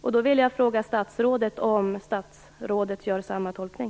Jag vill fråga statsrådet: Gör statsrådet samma tolkning?